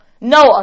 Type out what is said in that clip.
Noah